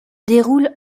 déroule